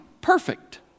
perfect